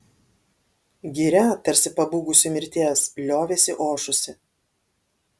giria tarsi pabūgusi mirties liovėsi ošusi